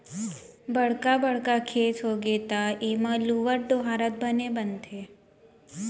बड़का बड़का खेत होगे त एमा लुवत, डोहारत बने बनथे